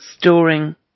storing